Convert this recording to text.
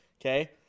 Okay